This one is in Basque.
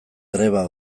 greba